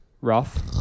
rough